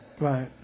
right